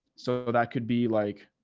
so that could be like,